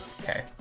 Okay